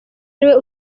ariwe